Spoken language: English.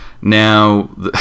Now